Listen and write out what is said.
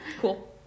cool